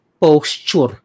posture